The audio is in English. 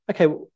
okay